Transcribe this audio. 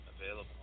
available